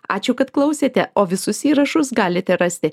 ačiū kad klausėte o visus įrašus galite rasti